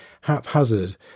haphazard